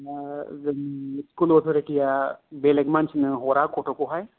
जोंनि स्कुल अथरिथिया बेलेक मानसिनो हरा गथ'खौहाय